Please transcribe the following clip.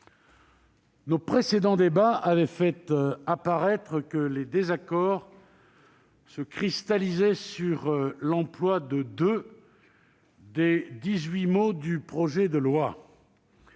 Nos précédents débats avaient fait apparaître que les désaccords se cristallisaient sur l'emploi de deux des dix-huit mots du projet de loi.